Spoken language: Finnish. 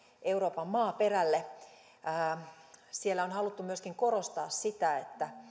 euroopan maaperälle ja siellä on haluttu myöskin korostaa sitä